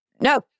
No